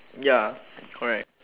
ya correct